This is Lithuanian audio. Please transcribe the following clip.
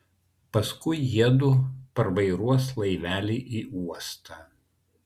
paskui jiedu parvairuos laivelį į uostą